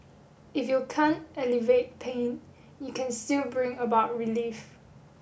if you can't alleviate pain you can still bring about relief